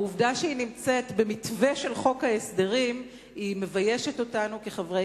העובדה שהיא נמצאת במתווה של חוק ההסדרים מביישת אותנו כחברי